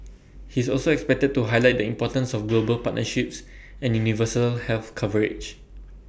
he is also expected to highlight the importance of global partnerships and universal health coverage